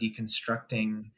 deconstructing